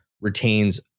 retains